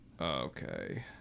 Okay